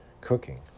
cooking